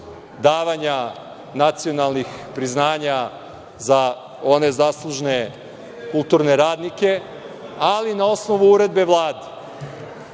davanja nacionalnih priznanja za one zaslužne kulturne radnike, ali na osnovu uredbe Vlade.